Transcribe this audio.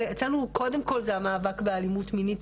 אצלנו קודם כל זה המאבק באלימות מינית,